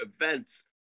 events